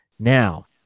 Now